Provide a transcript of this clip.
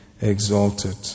exalted